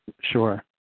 Sure